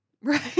Right